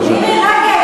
מירי רגב,